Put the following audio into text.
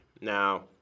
Now